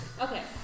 Okay